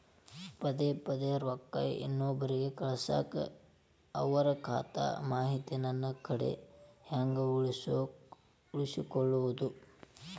ಪದೆ ಪದೇ ರೊಕ್ಕ ಇನ್ನೊಬ್ರಿಗೆ ಕಳಸಾಕ್ ಅವರ ಖಾತಾ ಮಾಹಿತಿ ನನ್ನ ಕಡೆ ಹೆಂಗ್ ಉಳಿಸಿಕೊಳ್ಳೋದು?